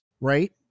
right